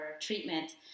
treatment